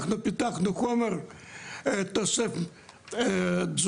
אנחנו פיתחנו חומר תוסף תזונה,